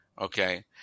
okay